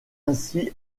ainsi